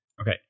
Okay